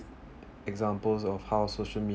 examples of how social me~